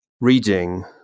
reading